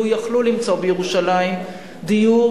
אם היו יכולים למצוא בירושלים דיור,